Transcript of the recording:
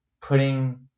putting